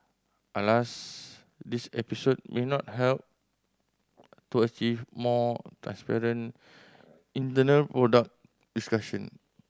alas this episode may not help to achieve more transparent internal product discussion